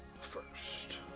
first